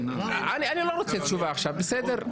אני לא רוצה תשובה עכשיו, בסדר?